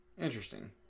Interesting